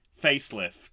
facelift